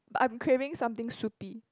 but I'm craving something soupy